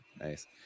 nice